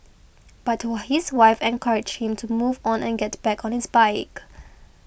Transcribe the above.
but his wife encouraged him to move on and get back on his bike